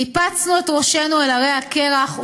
ניפצנו את ראשינו על הרי הקרח,